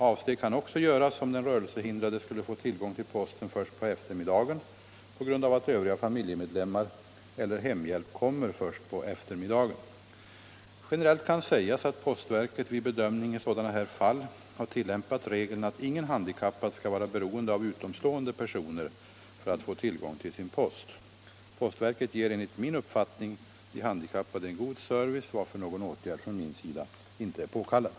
Avsteg kan också göras om den rörelsehindrade skulle få tillgång till posten först på eftermiddagen på grund av att övriga familjemedlemmar eller hemhjälp kommer först på eftermiddagen. Generellt kan sägas att postverket vid bedömning i sådana här fall har tillämpat regeln att ingen handikappad skall vara beroende av utomstående personer för att få tillgång till sin post. Postverket ger enligt min uppfattning de handikappade en god service, varför någon åtgärd från min sida inte är påkallad.